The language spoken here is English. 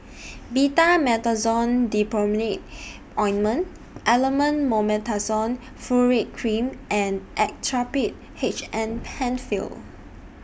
Betamethasone Dipropionate Ointment Elomet Mometasone Furoate Cream and Actrapid H M PenFill